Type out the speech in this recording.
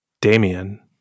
Damien